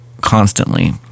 constantly